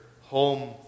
home